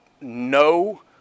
no